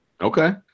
Okay